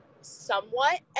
somewhat